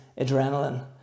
adrenaline